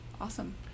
awesome